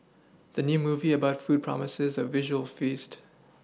the new movie about food promises a visual feast